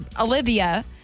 Olivia